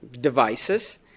devices